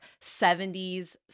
70s